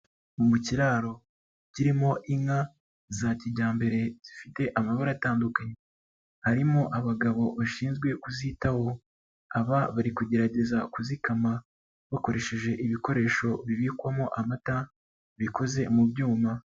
Mu kiraro kirimo inka za kijyambere zifite amabara atandukanye, harimo abagabo bashinzwe kuzitaho, aba bari kugerageza kuzikama bakoresheje ibikoresho bibikwamo amata bikoze mu byuma.